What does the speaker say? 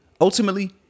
Ultimately